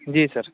جی سر